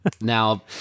Now